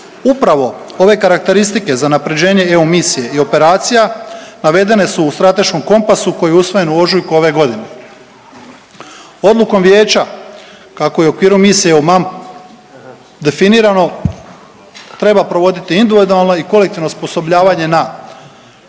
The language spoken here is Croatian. Upravo ove karakteristike za unaprjeđenje EU misije i operacija, navedene su u Strateškom kompasu koji je usvojen u ožujku ove godine. Odlukom Vijeća kako je u okviru misije EUMAM definirano, treba provoditi individualno i kolektivno osposobljavanje na,